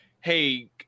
hey